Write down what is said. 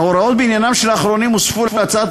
ההוראות בעניינם של האחרונים הוספו להצעת